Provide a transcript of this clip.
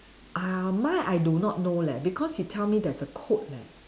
uh mine I do not know leh because he tell me there's a code leh